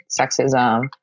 sexism